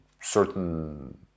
certain